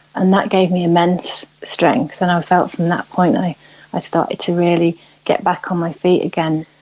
and that gave me immense strengths and i felt from that point i i started to really get back on my feet again.